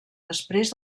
després